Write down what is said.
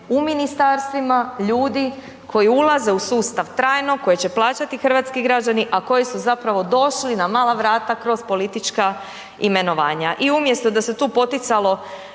u ministarstvima ljudi koji ulaze u sustav trajno, koje će plaćati hrvatski građani, a koji su zapravo došli na mala vrata kroz politička imenovanja. I umjesto da se tu poticalo